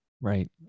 Right